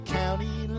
county